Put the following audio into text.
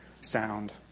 sound